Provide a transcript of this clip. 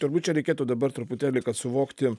turbūt čia reikėtų dabar truputėlį kad suvokti